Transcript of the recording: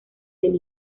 del